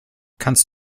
kannst